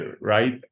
right